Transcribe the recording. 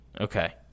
Okay